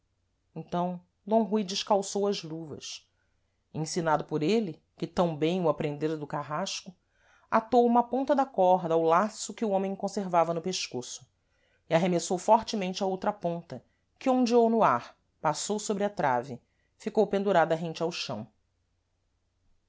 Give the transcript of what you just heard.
então d rui descalçou as luvas e ensinado por êle que tam bem o aprendera do carrasco atou uma ponta da corda ao laço que o homem conservava no pescoço e arremessou fortemente a outra ponta que ondeou no ar passou sôbre a trave ficou pendurada rente ao chão